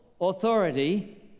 authority